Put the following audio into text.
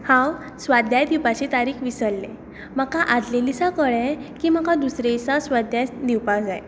हांव स्वाध्याय दिवपाची तारीख विसरलें म्हाका आदले दिसा कळ्ळें की म्हाका दुसरे दिसा स्वाध्याय दिवपाक जाय